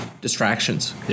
distractions